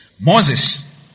Moses